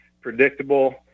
predictable